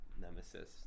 nemesis